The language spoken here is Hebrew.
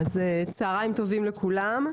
צהריים טובים לכולם.